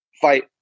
fight